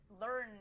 learn